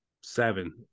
Seven